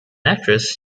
actress